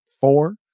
four